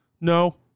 No